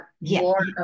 more